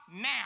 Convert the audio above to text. now